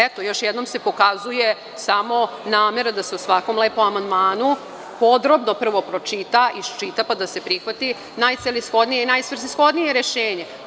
Eto, još jednom se pokazuje samo namera da se o svakom lepo amandmanu podrobno prvo pročita, isčita pa da se prihvati najcelishodnije i najsvrsishodnije rešenje.